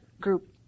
group